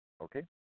Okay